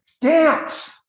dance